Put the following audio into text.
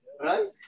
right